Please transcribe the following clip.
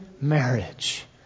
marriage